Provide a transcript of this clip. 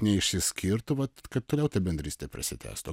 neišsiskirtų vat kad toliau ta bendrystė prasitęstų